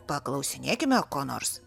paklausinėkime ko nors